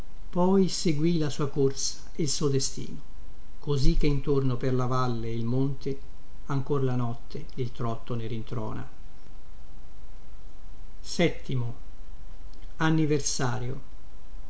poi seguì la sua corsa e il suo destino così che intorno per la valle e il monte ancor la notte il trotto ne rintrona